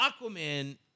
Aquaman